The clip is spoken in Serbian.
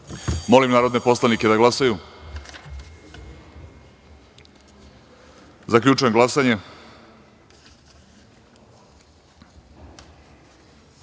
narodne poslanike da glasaju. Zaključujem glasanje: